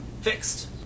fixed